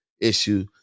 issue